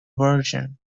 version